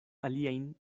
aliajn